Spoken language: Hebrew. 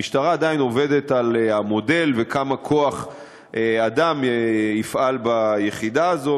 המשטרה עדיין עובדת על המודל וכמה כוח-אדם יפעל ביחידה הזאת,